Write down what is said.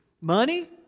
Money